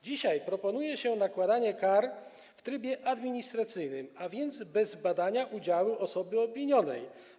Dzisiaj proponuje się nakładanie kar w trybie administracyjnym, a więc bez badania udziału osoby obwinionej.